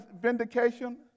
vindication